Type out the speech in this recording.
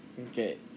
Okay